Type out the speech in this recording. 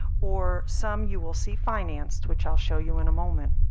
or some you will see financed, which i'll show you in a moment.